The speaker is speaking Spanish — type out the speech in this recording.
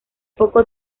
poco